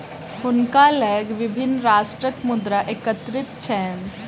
हुनका लग विभिन्न राष्ट्रक मुद्रा एकत्रित छैन